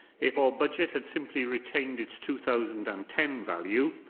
if our budget had simply retained its two thousand and ten value,